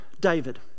David